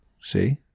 See